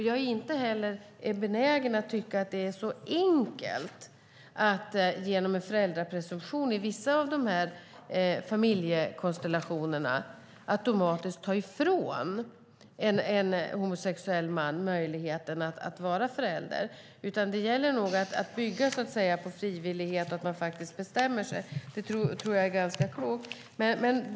Jag är inte heller benägen att tycka att det är så enkelt att genom en föräldrapresumtion i vissa av de här familjekonstellationerna automatiskt ta ifrån en homosexuell man möjligheten att vara förälder. Det gäller nog att bygga på frivillighet och att man faktiskt bestämmer sig. Det tror jag är ganska klokt.